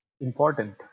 important